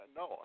no